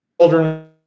children